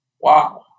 Wow